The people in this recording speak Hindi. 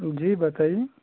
जी बताइए